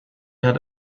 had